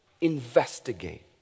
Investigate